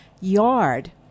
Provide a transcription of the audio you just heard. yard